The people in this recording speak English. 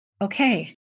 okay